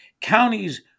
counties